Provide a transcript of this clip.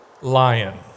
lion